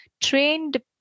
trained